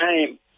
time